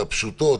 הפשוטות,